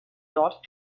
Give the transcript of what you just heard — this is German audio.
dort